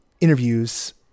interviews